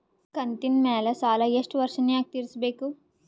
ಕಂತಿನ ಮ್ಯಾಲ ಸಾಲಾ ಎಷ್ಟ ವರ್ಷ ನ್ಯಾಗ ತೀರಸ ಬೇಕ್ರಿ?